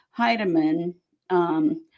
Heidemann